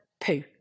poo